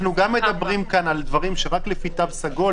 מדברים על דברים שלפי תו סגול,